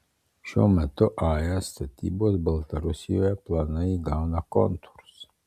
šiuo metu ae statybos baltarusijoje planai įgauna kontūrus